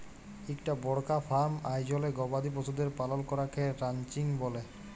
ইকটা বড়কা ফার্ম আয়জলে গবাদি পশুদের পালল ক্যরাকে রানচিং ব্যলে